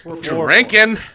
drinking